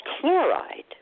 chloride